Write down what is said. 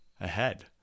ahead